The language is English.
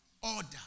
Order